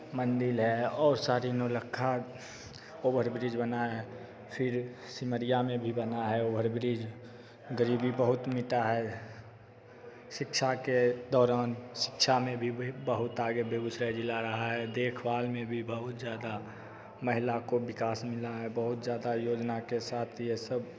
मंदिर है और शरी नौलख्खा ओवर ब्रिज बना है फिर सिमरिया में भी बना है ओवर ब्रिज गरीबी बहुत मीठा है शिक्षा के दौरान शिक्षा में भी बहुत आगे बेगूसराय जिला रहा है देखभाल में भी बहुत ज़्यादा महिला को विकास मिला है बहुत ज़्यादा योजना के साथ ये सब